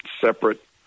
separate